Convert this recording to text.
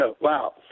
Wow